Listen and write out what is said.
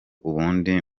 ubundi